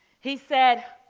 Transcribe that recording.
he said,